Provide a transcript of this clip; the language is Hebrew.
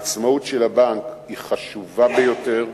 העצמאות של הבנק היא חשובה ביותר.